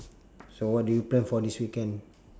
so what do you plan for this weekend